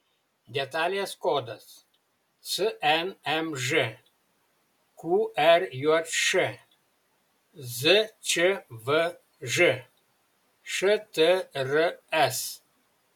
detalės kodas cnmž qrjš zčvž štrs